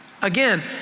Again